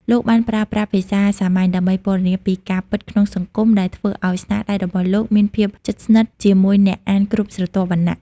លោកបានប្រើប្រាស់ភាសាសាមញ្ញដើម្បីពណ៌នាពីការពិតក្នុងសង្គម ដែលធ្វើឲ្យស្នាដៃរបស់លោកមានភាពជិតស្និទ្ធជាមួយអ្នកអានគ្រប់ស្រទាប់វណ្ណៈ។